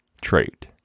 trait